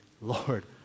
Lord